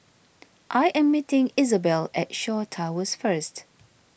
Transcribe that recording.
I am meeting Isobel at Shaw Towers First